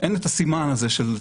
אין את הסימן של צרופה.